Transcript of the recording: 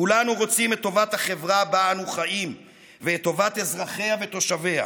כולנו רוצים את טובת החברה שבה אנו חיים ואת טובת אזרחיה ותושביה.